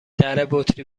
دربطری